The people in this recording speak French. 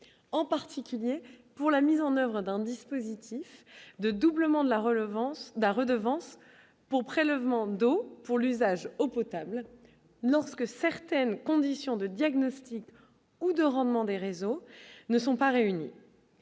en particulier pour la mise en oeuvre d'un dispositif de doublement de la relevant de la redevance pour prélèvement d'eau pour l'usage au potable lorsque certaines conditions de diagnostic ou de rendement des réseaux ne sont pas réunies.